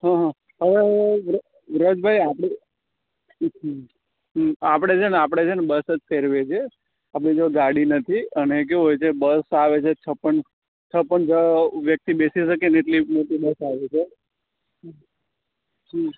હં હં હવે વ્રજભાઈ આપણે હં હં આપણે છે ને આપણે છે ને બસ જ ફેરવે છે આપણે જો ગાડી નથી અને કેવું હોય છે બસ આવે છે છપ્પન છપ્પન હ વ્યક્તિ બેસી શકે ને એટલી મોટી બસ આવે છે હં